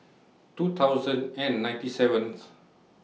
two thousand and ninety seventh